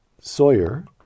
Sawyer